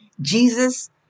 Jesus